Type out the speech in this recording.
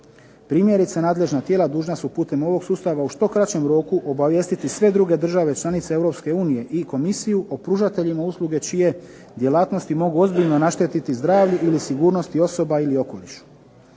Primjerice nadležna tijela dužna su putem ovog sustava u što kraćem roku obavijestiti sve druge države članice Europske unije i Komisiju o pružateljima usluge čije djelatnosti mogu ozbiljno naštetiti zdravlju ili sigurnosti osoba ili okolišu.